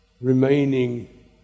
remaining